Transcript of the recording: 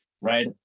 right